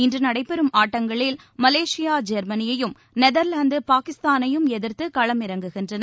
இன்றுநடைபெறும் ஆட்டங்களில் மலேஷியா ஜெர்மனியையும் நெதர்லாந்து பாகிஸ்தானையும் எதிர்த்துகளமிறங்குகின்றன